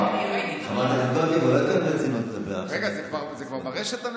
זה כבר ברשת,